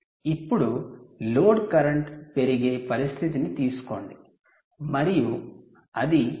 ఇప్పుడు load current పెరిగే పరిస్థితిని తీసుకోండి మరియు అది 0